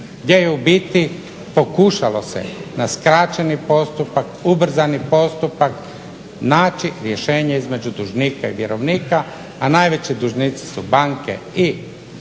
gdje je u biti pokušalo se na skraćeni postupak ubrzani postupak naći rješenje između dužnika i vjerovnika, a najveći dužnici su banke i izvinjavam